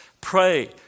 Pray